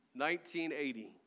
1980